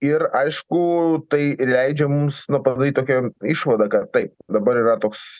ir aišku tai ir leidžia mums na padaryt tokią išvadą kad taip dabar yra toks